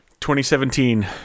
2017